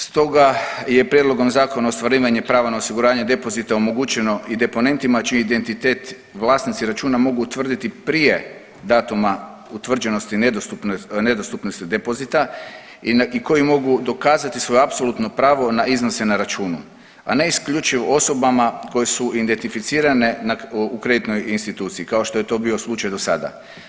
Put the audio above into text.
Stoga je prijedlogom Zakona ostvarivanje prava na osiguranje depozita omogućeno i deponentima čiji identitet vlasnici računa mogu utvrditi prije datuma utvrđenosti nedostupnosti depozita i koji mogu dokazati svoje apsolutno pravo na iznose na računu, a ne isključivo osobama koje su identificirane u kreditnoj instituciji kao što je to bio slučaj do sada.